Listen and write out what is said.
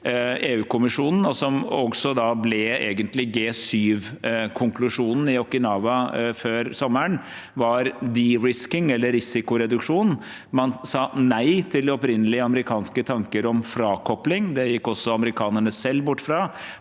EU-kommisjonen, og som egentlig ble G7-konklusjonen i Okinawa før sommeren, var «de-risking», risikoreduksjon. Man sa nei til opprinnelig amerikanske tanker om frakopling. Det gikk også amerikanerne selv bort fra.